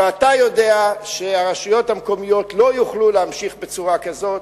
ואתה יודע שהרשויות המקומיות לא יוכלו להמשיך בצורה כזאת.